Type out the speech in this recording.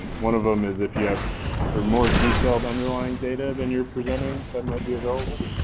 one of them is if you have sort of more detailed underlying data than you're presenting that might be available?